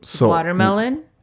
Watermelon